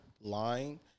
lying